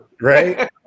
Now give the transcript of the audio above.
Right